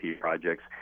projects